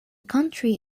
country